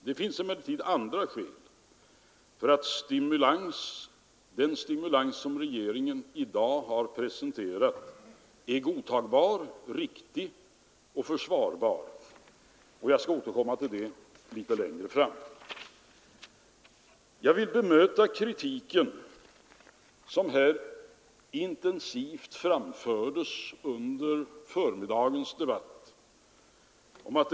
Det finns emellertid andra skäl för att den stimulans som regeringen i dag har presenterat är godtagbar, riktig och försvarbar, och jag skall återkomma till dem litet längre fram. Jag vill bemöta den kritik som intensivt framfördes under förmiddagens debatt.